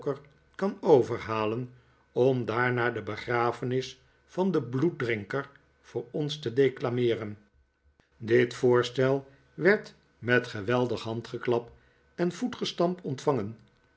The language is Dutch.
kan overhalen om daarna de begrafenis van den bloeddrinker voor ons te declameeren dit voorstel werd met een geweldig handgeklap en voetges'tamp ontvangen